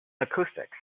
acoustics